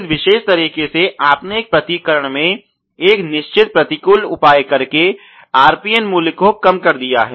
तो इस विशेष तरीके से आपने एक प्रतिकरण में एक निश्चित प्रतिकूल उपाय करके RPN मूल्य को कम कर दिया है